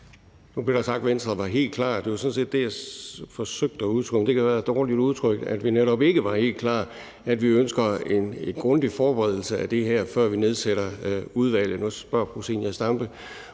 Nu blev der sagt, at Venstre var helt klar. Det var sådan set det, jeg forsøgte at udtrykke, men det kan være, jeg udtrykte mig dårligt. Vi er netop ikke helt klar, for vi ønsker en grundig forberedelse af det her, før vi nedsætter udvalget. Nu spørger fru Zenia Stampe